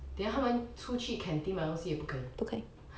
then 他们出去 canteen 买东西也不可以